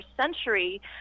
century